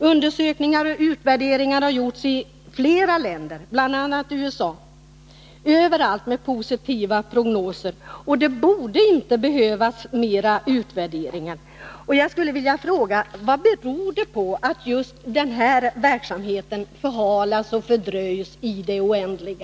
Undersökningar och utvärderingar har gjorts i flera länder, bl.a. i USA —- överallt med positiva prognoser, och det borde därför inte behövas mera utvärderingar. Jag skulle vilja fråga: Vad beror det på att just denna verksamhet förhalas och fördröjs i det oändliga?